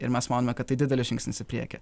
ir mes manome kad tai didelis žingsnis į priekį